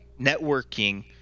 networking